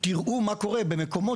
תראי מה קורה במקומות